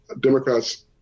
Democrats